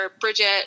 Bridget